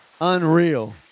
Unreal